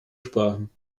sprachen